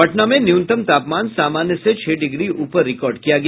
पटना में न्यूनतम तापमान सामान्य से छह डिग्री उपर रिकॉर्ड किया गया